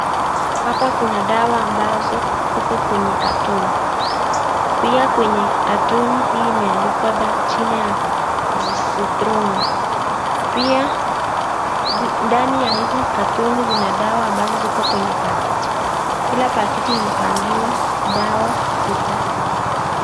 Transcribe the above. Hapa kuna dawa ambazo ziko kwenye katoni . Pia kwenye katoni hii imeandikwa jina zithroni . Pia ndani ya hizi katoni zina dawa ambazo ziko kwenye pakiti, kila pakiti imepangiwa dawa sita sita.